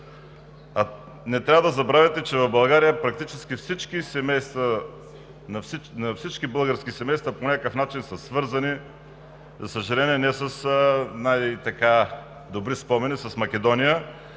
Не трябва да забравяте, че в България практически всички български семейства по някакъв начин са свързани, за съжаление, не с най-добри спомени с Македония.